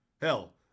Hell